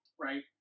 right